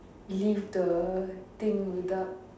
leave the thing without